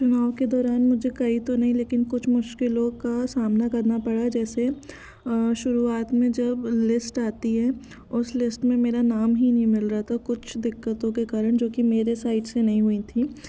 चुनाव के दौरान मुझे कई तो नहीं कुछ मुश्किलों का सामना करना पड़ा जैसे शुरुआत में जब लिस्ट आती है उस लिस्ट में मेरा नाम ही नहीं मिल रहा था तो कुछ दिक्कतों के कारण जोकि मेरे साइड से नहीं हुई थी